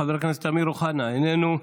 חבר הכנסת אמיר אוחנה, איננו.